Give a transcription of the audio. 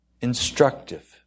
instructive